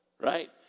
right